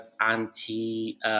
anti